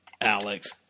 Alex